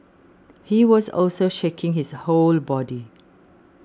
he was also shaking his whole body